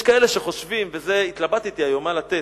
יש כאלה שחושבים, והתלבטתי היום מה לתת,